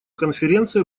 конференция